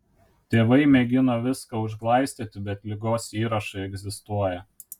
tėvai mėgino viską užglaistyti bet ligos įrašai egzistuoja